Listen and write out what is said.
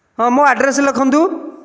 ହଁ ମୋ' ଆଡ୍ରେସ ଲେଖନ୍ତୁ